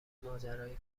ماجرای